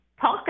talk